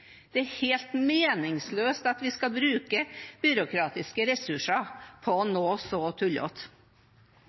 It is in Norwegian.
Det er helt meningsløst at vi skal bruke byråkratiske ressurser på noe så «tullat». Når det gjelder å